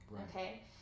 okay